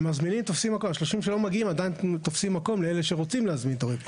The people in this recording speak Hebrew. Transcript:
ה-30% שלא מגיעים עדיין תופסים מקום לאלה שרוצים להזמין תורים,